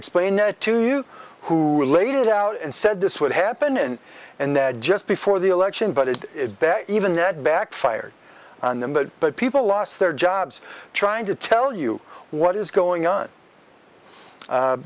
explain it to you who laid it out and said this would happen and that just before the election but it's bad even that backfired on them but but people lost their jobs trying to tell you what is going on